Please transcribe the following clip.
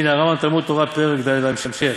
הנה, הרמב"ם תלמוד תורה פרק ד', ההמשך: